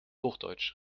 hochdeutsch